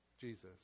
Jesus